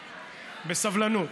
בסבלנות.